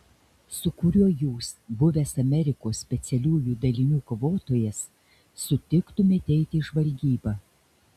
su kuriuo jūs buvęs amerikos specialiųjų dalinių kovotojas sutiktumėte eiti į žvalgybą